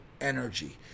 energy